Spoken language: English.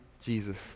Jesus